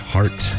Heart